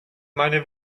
meine